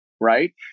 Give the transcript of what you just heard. Right